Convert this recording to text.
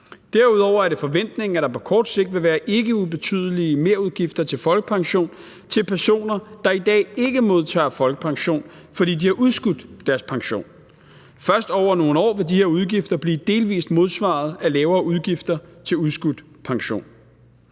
Derudover er det forventningen, at der er på kort sigt vil være ikkeubetydelige merudgifter til folkepension til personer, der i dag ikke modtager folkepension, fordi de har udskudt deres pension. Først over nogle år vil de her udgifter blive delvis modsvaret af lavere udgifter til udskudt pension.